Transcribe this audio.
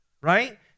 right